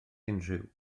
unrhyw